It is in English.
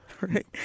Right